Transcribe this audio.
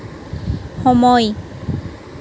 সময়